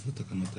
איפה התקנות האלה?